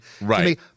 right